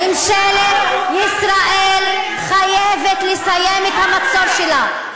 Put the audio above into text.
ממשלת ישראל חייבת לסיים את המצור שלה.